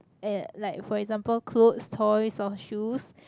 and like for example clothes toys or shoes